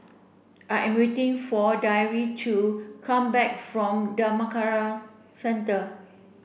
I am waiting for Deirdre to come back from Dhammakaya Centre